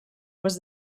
was